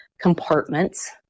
compartments